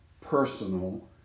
personal